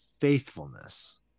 faithfulness